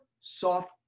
soft